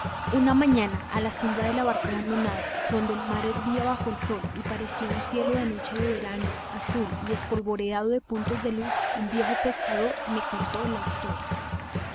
una mañana a la sombra de la barca abandonada cuando el mar hervía bajo el sol y parecía un cielo de noche de verano azul y espolvoreado de puntos de luz un viejo pescador me contó la historia